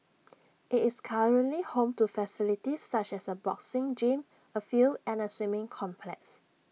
IT is currently home to facilities such as A boxing gym A field and A swimming complex